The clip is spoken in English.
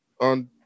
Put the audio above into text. on